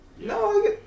no